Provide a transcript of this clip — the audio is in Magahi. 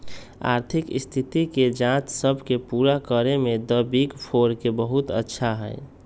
आर्थिक स्थिति के जांच सब के पूरा करे में द बिग फोर के बहुत अच्छा हई